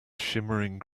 shimmering